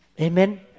amen